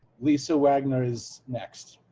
lisa wagner is next.